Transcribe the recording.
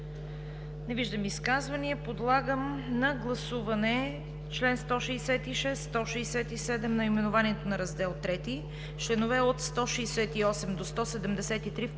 Не виждам изказвания. Подлагам на гласуване членове 166, 167, наименованието на Раздел III, членове от 168 до 173 включително,